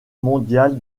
mondial